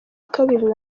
kabiri